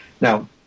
Now